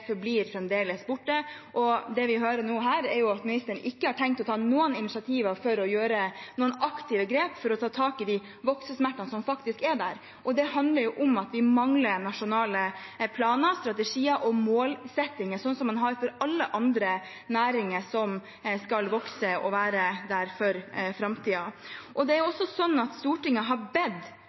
vi nå hører, er at ministeren ikke har tenkt å ta noe initiativ til noen aktive grep og ta tak i voksesmertene som er der. Det handler om at vi mangler nasjonale planer, strategier og målsettinger, noe man har for alle andre næringer som skal vokse og være der i framtiden. Stortinget har i meldingen bedt regjeringen om å utarbeide en strategi for utvidelse av reiselivsnæringens sesong i samarbeid med reiselivet. Heller ikke det har